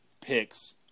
picks